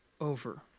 over